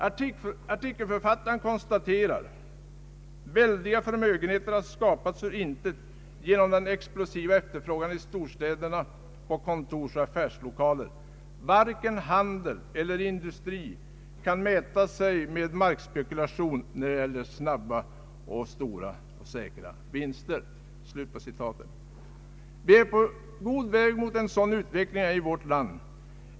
Artikelförfattaren konstaterar: ”Väldiga förmögenheter har skapats ur intet genom den explosiva efterfrågan i storstäderna på kontorsoch affärslokaler. Varken hander eller industri kan mäta sig med markspekulation när det gäller snabba, stora och säkra vinster.” Vi är på god väg mot en sådan utveckling även i vårt land.